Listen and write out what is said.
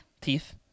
teeth